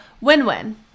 win-win